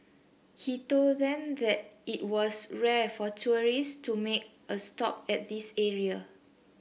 he told them that it was rare for tourists to make a stop at this area